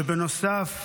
ובנוסף,